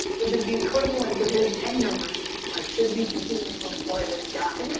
which is the equivalent of his tenure review, like should we continue to employ this guy,